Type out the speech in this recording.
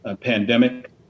pandemic